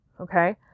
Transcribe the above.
Okay